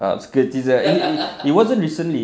upskirtism he he it wasn't recently